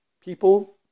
people